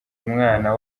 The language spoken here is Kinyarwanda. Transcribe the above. umwana